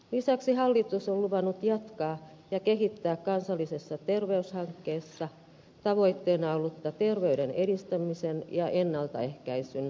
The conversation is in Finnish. lisäksi hallitus on luvannut jatkaa ja kehittää kansallisessa terveyshankkeessa tavoitteena ollutta terveyden edistämisen ja ennaltaehkäisyn kehittämistä